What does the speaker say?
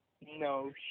No